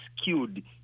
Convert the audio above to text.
skewed